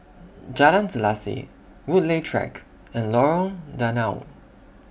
Jalan Selaseh Woodleigh Track and Lorong Danau